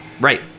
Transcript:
Right